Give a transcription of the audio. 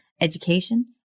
education